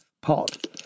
pot